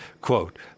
Quote